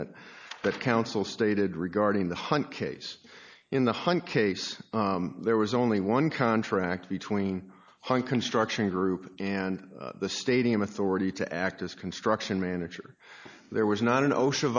that that council stated regarding the hunt case in the hunt case there was only one contract between her and construction group and the stadium authority to act as construction manager there was not an o